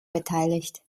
beteiligt